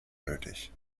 nötig